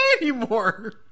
anymore